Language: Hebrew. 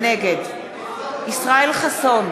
נגד ישראל חסון,